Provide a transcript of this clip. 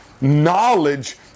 knowledge